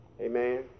Amen